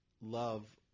love